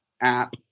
app